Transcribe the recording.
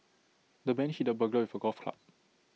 the man hit the burglar with A golf club